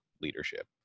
leadership